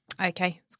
Okay